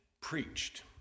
preached